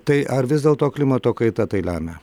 tai ar vis dėlto klimato kaita tai lemia